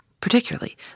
particularly